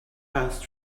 passed